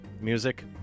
music